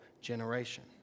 generation